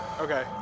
Okay